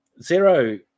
zero